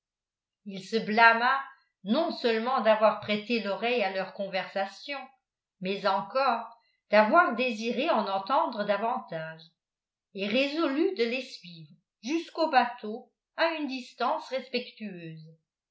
il se blâma non seulement d'avoir prêté l'oreille à leur conversation mais encore d'avoir désiré en entendre davantage et résolut de les suivre jusqu'au bateau à une distance respectueuse